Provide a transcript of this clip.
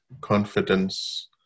confidence